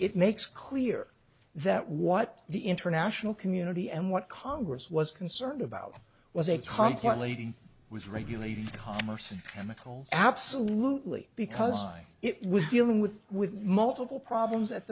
it makes clear that what the international community and what congress was concerned about was a complicated was regulating commerce and nickel absolutely because it was dealing with with multiple problems at